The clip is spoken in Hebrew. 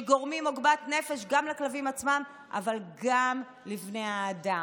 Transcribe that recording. שגורמים עוגמת נפש גם לכלבים עצמם אבל גם לבני האדם.